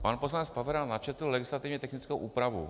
Pan poslanec Pavera načetl legislativně technickou úpravu.